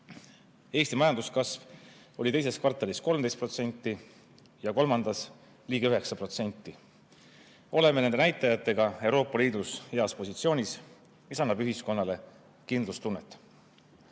Eesti majanduskasv oli teises kvartalis 13% ja kolmandas ligi 9%. Oleme nende näitajatega Euroopa Liidus heas positsioonis, mis annab ühiskonnale kindlustunnet. Hea